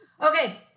Okay